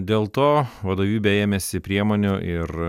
dėl to vadovybė ėmėsi priemonių ir